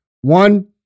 One